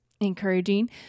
encouraging